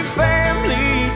family